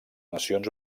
nacions